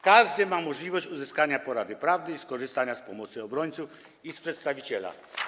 Każdy ma możliwość uzyskania porady prawnej, skorzystania z pomocy obrońców i przedstawiciela.